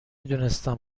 دونستم